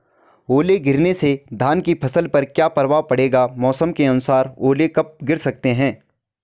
ओले गिरना से धान की फसल पर क्या प्रभाव पड़ेगा मौसम के अनुसार ओले कब गिर सकते हैं?